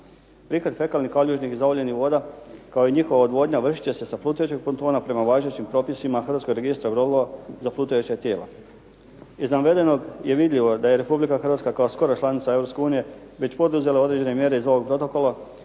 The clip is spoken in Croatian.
Prihvat fekalnih, kaljužnih i …/Govornik se ne razumije./… voda, kao i njihova odvodnja, vršit će se sa plutaćujeg pontona prema važećim propisima Hrvatskog registra brodova za plutajuća tijela. Iz navedenog je vidljivo da je Republika Hrvatska kao skora članica Europske unije već poduzela određene mjere iz ovog protokola